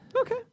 Okay